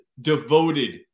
devoted